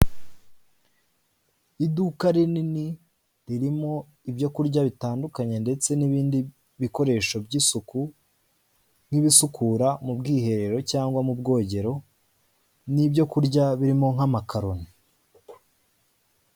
Iduka rinini ririmo ibyo kurya bitandukanye ndetse n'ibindi bikoresho by'isuku; nk'ibisukura mu bwiherero cyangwa mu bwogero n'ibyo kurya birimo nk'amakaroni.